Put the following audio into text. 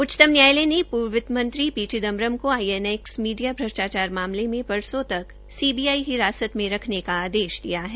उच्चतम न्यायालय ने पूर्व वितमंत्री पी चिदम्बरम आईएनएक्स मीडिया भ्रष्टाचार मामले में परसों तक सीबीआई हिरासत में रखने का आदेश दिया है